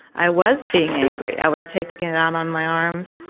i was being angry, i was taking it out on my arms,